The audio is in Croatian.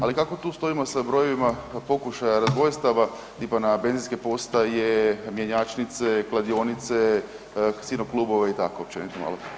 Ali kako tu stojimo sa brojevima pokušaja razbojstava tipa na benzinske postaje, mjenjačnice, kladionice, casino klubove i tako općenito malo.